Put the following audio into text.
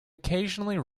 occasionally